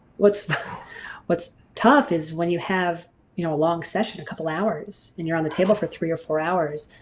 what's what's tough is when you have you know a long session a couple hours and you're on the table for three or four hours,